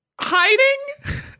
hiding